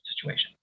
situation